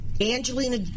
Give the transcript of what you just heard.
Angelina